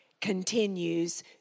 continues